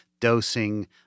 Dosing